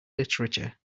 literature